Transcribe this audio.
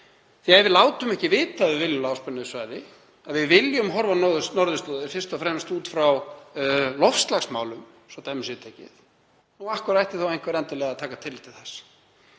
í. Ef við látum ekki vita að við viljum lágspennusvæði, að við viljum horfa á norðurslóðir fyrst og fremst út frá loftslagsmálum, svo að dæmi sé tekið, af hverju ætti þá einhver endilega að taka tillit til þess?